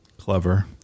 clever